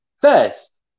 first